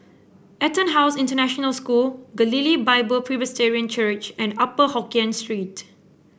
EtonHouse International School Galilee Bible Presbyterian Church and Upper Hokkien Street